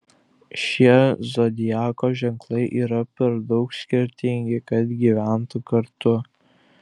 šie zodiako ženklai yra per daug skirtingi kad gyventų kartu